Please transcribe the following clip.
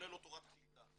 כולל לא תורת הקליטה,